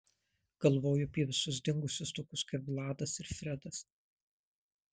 galvoju apie visus dingusius tokius kaip vladas ir fredas